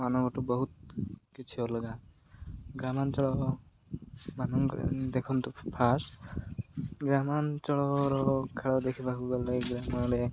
ମାନଙ୍କଠୁ ବହୁତ କିଛି ଅଲଗା ଗ୍ରାମାଞ୍ଚଳ ମାନଙ୍କ ଦେଖନ୍ତୁ ଫାଷ୍ଟ ଗ୍ରାମାଞ୍ଚଳର ଖେଳ ଦେଖିବାକୁ ଗଲେ ଗମ୍ରେ